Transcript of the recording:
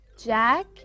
Jack